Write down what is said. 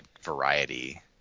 variety